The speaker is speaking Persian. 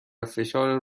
فشار